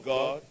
God